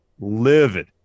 Livid